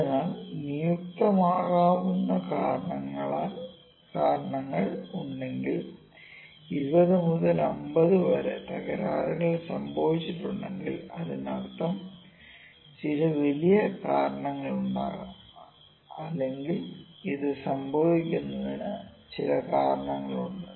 അതിനാൽ നിയുക്തമാക്കാവുന്ന കാരണങ്ങൾ ഉണ്ടെങ്കിൽ 20 മുതൽ 50 വരെ തകരാറുകൾ സംഭവിച്ചിട്ടുണ്ടെങ്കിൽ അതിനർത്ഥം ചില വലിയ കാരണങ്ങളുണ്ടാകാം അല്ലെങ്കിൽ ഇത് സംഭവിക്കുന്നതിന് ചില കാരണങ്ങളുണ്ട്